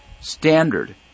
standard